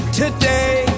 today